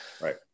Right